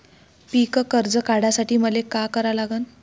पिक कर्ज काढासाठी मले का करा लागन?